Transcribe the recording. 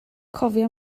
cofia